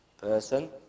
person